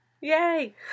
Yay